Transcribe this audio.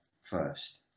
first